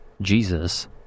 Jesus